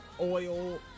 oil